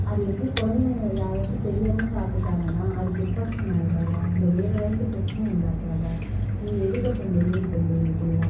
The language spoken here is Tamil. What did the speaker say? அது எப்படி குழந்தைங்க யாராச்சும் தெரியாம சாப்பிட்டுட்டாங்கன்னா அது ஃபுட் பாய்ஷன் ஆயிடாதா இல்லை வேறு ஏதாச்சும் பிரச்சனையை உண்டாக்காதா நீங்கள் எதுக்கு அப்புறம் டெலிவரி பண்ணுறீங்க இப்படிலாம்